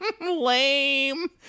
Lame